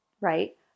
right